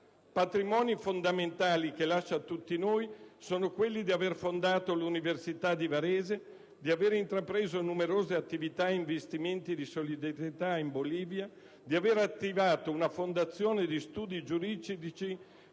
Patrimoni fondamentali che lascia a noi tutti sono quelli di aver fondato l'Università di Varese, di aver intrapreso numerose attività ed investimenti di solidarietà in Bolivia, di aver attivato una fondazione di studi giuridici